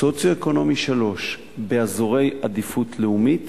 סוציו-אקונומי 3 באזורי עדיפות לאומית